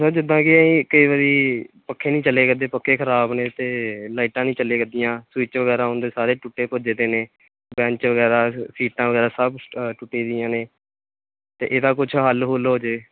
sir ਜਿੱਦਾਂ ਕਿ ਅਸੀਂ ਕਈ ਵਾਰੀ ਪੱਖੇ ਨਹੀਂ ਚੱਲਿਆ ਕਰਦੇ ਪੱਖੇ ਖ਼ਰਾਬ ਨੇ ਅਤੇ ਲਾਈਟਾਂ ਨਹੀਂ ਚੱਲਿਆ ਕਰਦੀਆਂ ਸਵਿੱਚ ਵਗੈਰਾ ਉਹਨਾਂ ਦੇ ਸਾਰੇ ਟੁੱਟੇ ਭੱਜੇ ਪਏ ਨੇ ਬੈਂਚ ਵਗੈਰਾ ਸੀਟਾਂ ਵਗੈਰਾ ਸਭ ਟੁੱਟੀਆਂ ਜਿਹੀਆਂ ਨੇ ਤੇ ਇਹਦਾ ਕੁਛ ਹੱਲ ਹੁਲ ਹੋ ਜੇ